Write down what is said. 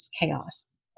chaos